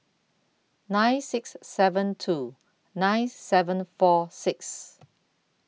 nine six seven two nine seven four six